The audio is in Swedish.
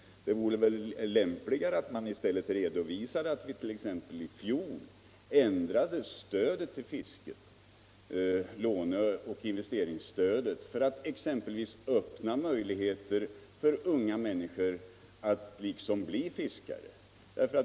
Det vore väl lämpligare att man redovisade att vi t.ex. i fjol ändrade låneoch investeringsstödet för att bl.a. öppna möjligheter för unga människor att bli fiskare.